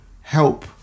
help